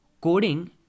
coding